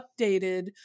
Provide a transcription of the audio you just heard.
updated